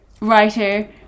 writer